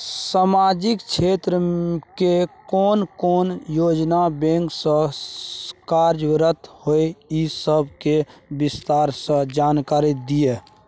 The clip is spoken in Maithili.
सामाजिक क्षेत्र के कोन कोन योजना बैंक स कार्यान्वित होय इ सब के विस्तार स जानकारी दिय?